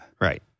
Right